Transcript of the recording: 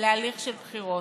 להליך של בחירות.